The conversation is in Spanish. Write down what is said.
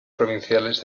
provinciales